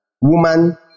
Woman